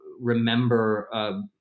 remember